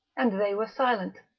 and they were silent.